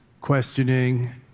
questioning